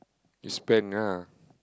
you spend ah